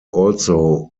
also